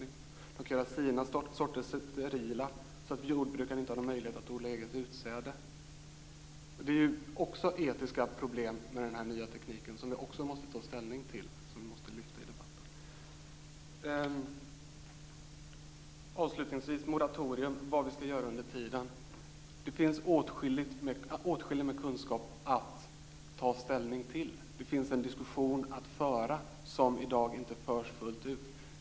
De skall göra sina sorter sterila så att jordbrukarna inte har någon möjlighet att odla eget utsäde. Det är etiska problem med den nya tekniken som vi också måste ta ställning till och lyfta fram i debatten. Avslutningsvis om moratorium. Vad skall vi göra under tiden? Det finns åtskilligt med kunskap att ta ställning till. Det finns en diskussion att föra som i dag inte förs fullt ut.